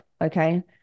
Okay